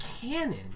cannon